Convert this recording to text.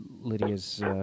Lydia's